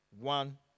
one